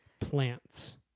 Plants